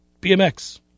BMX